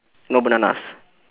no bananas